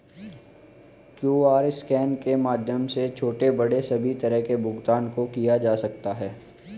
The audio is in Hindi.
क्यूआर स्कैन के माध्यम से छोटे बड़े सभी तरह के भुगतान को किया जा सकता है